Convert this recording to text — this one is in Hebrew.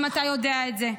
וגם אתה יודע את זה.